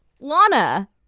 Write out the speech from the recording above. Lana